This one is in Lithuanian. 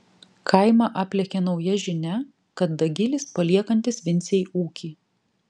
kaimą aplėkė nauja žinia kad dagilis paliekantis vincei ūkį